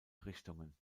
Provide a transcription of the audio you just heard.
richtungen